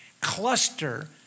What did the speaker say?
cluster